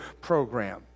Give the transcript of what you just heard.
program